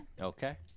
Okay